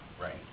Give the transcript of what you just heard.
right